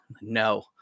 No